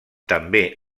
també